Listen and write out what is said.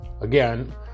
Again